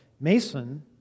Mason